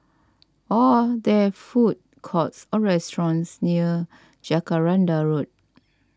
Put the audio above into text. are there food courts or restaurants near Jacaranda Road